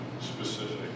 specific